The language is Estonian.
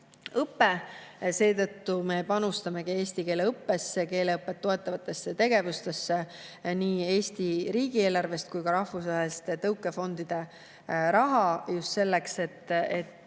õpe. Seetõttu me panustamegi eesti keele õppesse ja keeleõpet toetavatesse tegevustesse nii Eesti riigi eelarvest kui ka rahvusvaheliste tõukefondide rahast just selleks, et